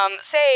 say